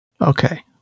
Okay